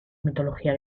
mitología